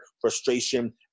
frustration